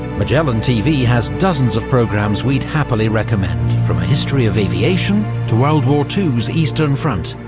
magellan tv has dozens of programmes we'd happily recommend, from a history of aviation to world war two's eastern front,